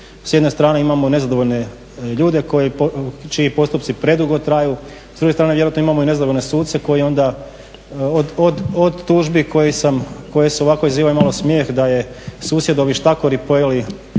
S jedne strane imamo nezadovoljne ljude čiji postupci predugo traju, s druge strane vjerojatno imamo nezadovoljne suce koji onda od tužbi koje ovako izazivaju malo smijeh da je susjedovi štakori pojeli